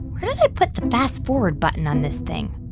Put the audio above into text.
where did i put the fast forward button on this thing?